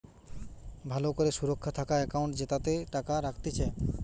ভালো করে সুরক্ষা থাকা একাউন্ট জেতাতে টাকা রাখতিছে